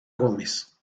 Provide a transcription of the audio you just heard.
gómez